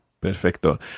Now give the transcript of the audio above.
Perfecto